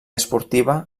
esportiva